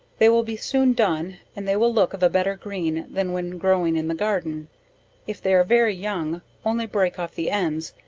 they will be soon done and they will look of a better green than when growing in the garden if they are very young, only break off the ends,